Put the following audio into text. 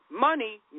Money